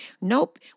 Nope